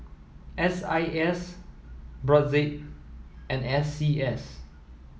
S I S Brotzeit and S C S